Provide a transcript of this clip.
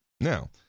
Now